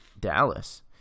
Dallas